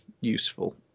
useful